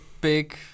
big